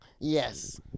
Yes